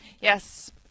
Yes